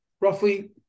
roughly